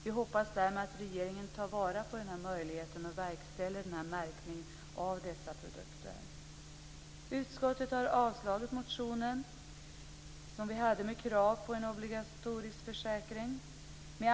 Vi hoppas därmed att regeringen tar vara på denna möjlighet och verkställer denna märkning av dessa produkter. Utskottet har avstyrkt vår motion med krav på en obligatorisk försäkring.